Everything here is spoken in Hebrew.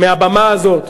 מהבמה הזאת,